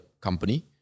company